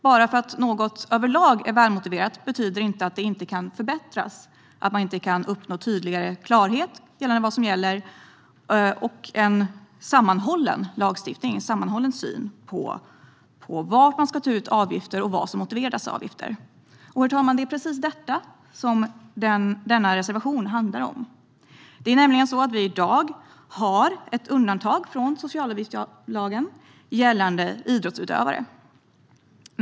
Bara för att något överlag är välmotiverat betyder det inte att det inte kan förbättras och att man inte kan uppnå större klarhet i fråga om vad som gäller och i fråga om en sammanhållen syn och lagstiftning på var man ska ta ut avgifter och vad som motiverar dessa avgifter. Det är precis detta som reservationen handlar om. I dag har vi nämligen ett undantag från socialavgiftslagen gällande idrottsutövare.